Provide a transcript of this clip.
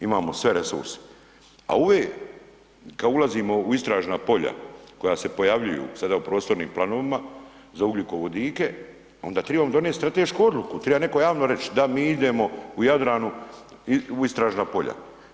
Imamo sve resurse, a …/nerazumljivo/… kad ulazimo u istražna polja koja se pojavljuju sada u prostornim planovima za ugljikovodite onda tribamo donit stratešku odluku, triba netko javno reći da mi idemo u Jadranu u istražna polja.